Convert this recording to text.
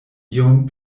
iom